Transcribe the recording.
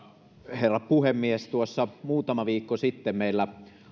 herra puhemies tuossa muutama viikko sitten meillä